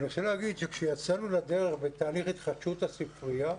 אני רוצה להגיד שכשיצאנו לדרך בתהליך התחדשות הספרייה,